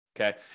okay